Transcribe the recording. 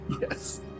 yes